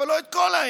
אבל לא את כל האמת.